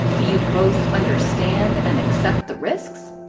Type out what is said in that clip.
do you both understand and accept the risks?